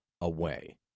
away